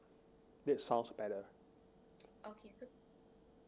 it sounds better